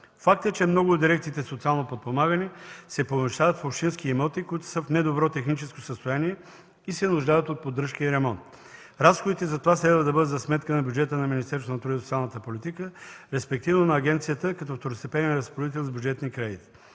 Факт е, че много от дирекциите „Социално подпомагане” се помещават в общински имоти, които са в не добро техническо състояние и се нуждаят от поддръжка и ремонт. Разходите за това следва да бъдат за сметка на бюджета на Министерството на труда и социалната политика, респективно на агенцията като второстепенен разпоредител с бюджетни кредити.